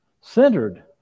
centered